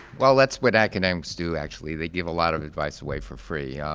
well, that's what academics do actually, they give a lot of advice away for free.